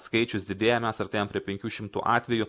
skaičius didėja mes artėjam prie penkių šimtų atvejų